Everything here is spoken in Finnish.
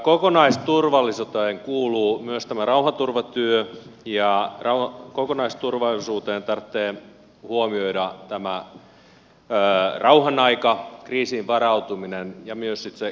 kokonaisturvallisuuteen kuuluu myös rauhanturvatyö ja kokonaisturvallisuudessa tarvitsee huomioida rauhan aika kriisiin varautuminen ja myös sitten se kriisin aika